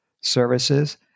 services